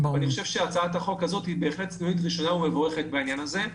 אני חושב שהצעת החוק הזאת היא בהחלט סנונית ראשונה ומבורכת בעניין הזה.